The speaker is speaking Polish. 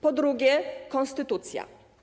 Po drugie, konstytucja.